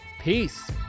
Peace